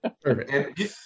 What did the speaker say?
Perfect